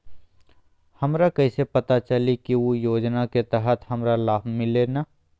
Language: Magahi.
हमरा कैसे पता चली की उ योजना के तहत हमरा लाभ मिल्ले की न?